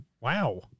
Wow